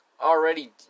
Already